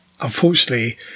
unfortunately